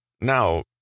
Now